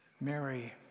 Mary